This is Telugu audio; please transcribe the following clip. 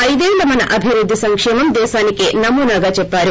ఐదేళ్ల మన అభివృద్ధి సంక్షేమం దేశానికే నమూనాగా చెప్పారు